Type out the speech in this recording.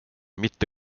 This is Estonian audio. mitte